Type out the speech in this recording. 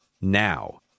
now